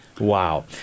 Wow